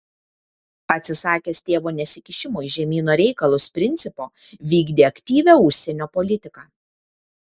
atsisakęs tėvo nesikišimo į žemyno reikalus principo vykdė aktyvią užsienio politiką